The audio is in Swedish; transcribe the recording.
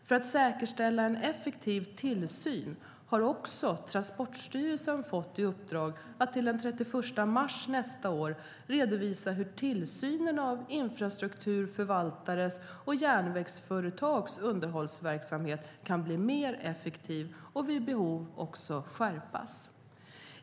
För att säkerställa en effektiv tillsyn har också Transportstyrelsen fått i uppdrag att till den 31 mars nästa år redovisa hur tillsynen av infrastrukturförvaltares och järnvägsföretags underhållsverksamhet kan bli mer effektiv och vid behov också skärpas.